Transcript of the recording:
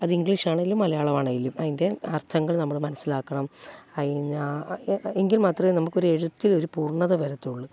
അത് ഇംഗ്ലീഷ് ആണെങ്കിലും മലയാളം ആണെങ്കിലും അതിൻ്റെ അർത്ഥങ്ങൾ നമ്മൾ മനസ്സിലാക്കണം അതിന് ആ എങ്കിൽ മാത്രമേ നമുക്കൊരു എഴുത്തിലൊരു പൂർണ്ണത വരത്തുള്ളു